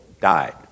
died